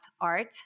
art